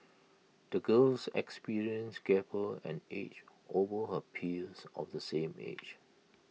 the girl's experiences gave her an edge over her peers of the same age